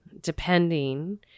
depending